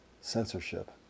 censorship